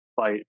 fight